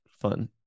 fun